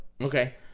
Okay